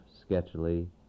sketchily